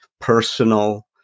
personal